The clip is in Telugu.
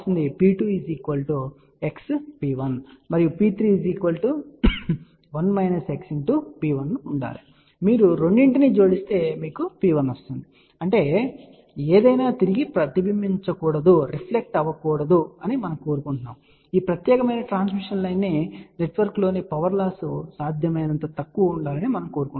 కాబట్టి మీరు రెండింటినీ జోడిస్తే మీకు P1 లభిస్తుంది అంటే ఏదైనా తిరిగి ప్రతిబింబించకూడదని మనము కోరుకుంటున్నాము మరియు ఈ ప్రత్యేకమైన ట్రాన్స్మిషన్ లైన్ నెట్వర్క్లోని పవర్ లాస్ సాధ్యమైనంత తక్కువగా ఉండాలని మనము కోరుకుంటున్నాము